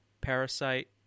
Parasite